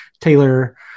taylor